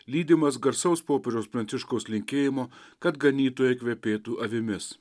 lydimas garsaus popiežiaus pranciškaus linkėjimo kad ganytojai kvepėtų avimis